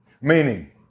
Meaning